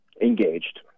Engaged